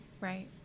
Right